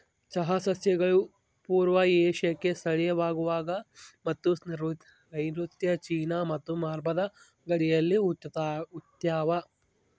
ಚಹಾ ಸಸ್ಯಗಳು ಪೂರ್ವ ಏಷ್ಯಾಕ್ಕೆ ಸ್ಥಳೀಯವಾಗವ ಮತ್ತು ನೈಋತ್ಯ ಚೀನಾ ಮತ್ತು ಬರ್ಮಾದ ಗಡಿಯಲ್ಲಿ ಹುಟ್ಟ್ಯಾವ